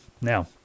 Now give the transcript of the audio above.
Now